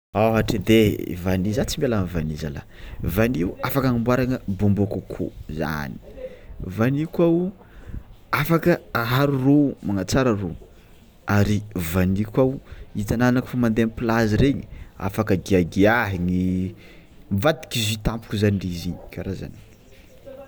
Ohatra edy te vanio, zah tsy miala amy vanio zany lah vanio afaka agnamboarana bonbon kôkô, vanio koa afaka aharo rô magnatsara rô ary vanio koa o hitanao ana io kôfa mande plage regny afaka giagiahiny mivadiky jus tampoka zany izy kara zany.